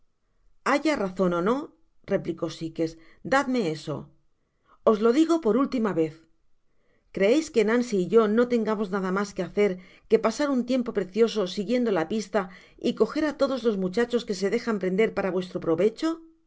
haya razon ó no replicó sikes dadme eso os lo digo por la última vez creeis que nancy y yo no tengamos nada mas que hacer que pasar un tiempo precioso siguiendo la pista y cojer á todos los muchachos que se dejan prender para vuestro provecho